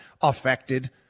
affected